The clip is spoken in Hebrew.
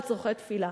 לצורכי תפילה.